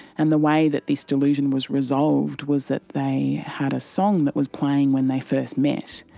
and the way that this delusion was resolved was that they had a song that was playing when they first met,